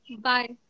Bye